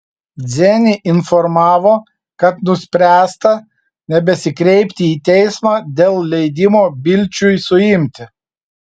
dzenį informavo kad nuspręsta nebesikreipti į teismą dėl leidimo bilčiui suimti